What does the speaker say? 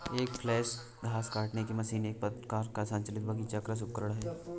एक फ्लैल घास काटने की मशीन एक प्रकार का संचालित बगीचा कृषि उपकरण है